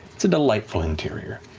it's a delightful interior.